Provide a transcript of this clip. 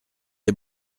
les